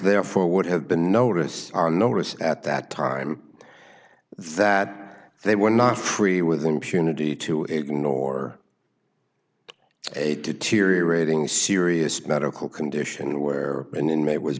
therefore would have been notice on notice at that time that they were not free with impunity to ignore a deteriorating serious medical condition where an inmate was